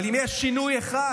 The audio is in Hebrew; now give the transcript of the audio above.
אבל אם יש שינוי אחד